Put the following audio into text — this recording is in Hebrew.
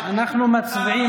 תלמד,